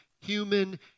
human